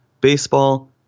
baseball